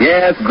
Yes